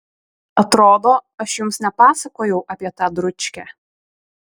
atrodo aš jums nepasakojau apie tą dručkę